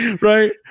Right